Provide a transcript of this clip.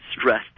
stressed